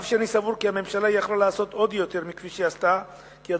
אף שאני סבור כי הממשלה היתה יכולה לעשות עוד יותר מכפי שעשתה כי,